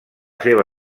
seva